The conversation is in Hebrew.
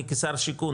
אני כשר השיכון,